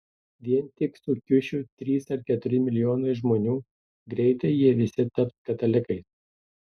vien tik su kiušiu trys ar keturi milijonai žmonių greitai jie visi taps katalikais